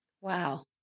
Wow